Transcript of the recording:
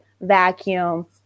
vacuum